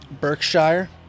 Berkshire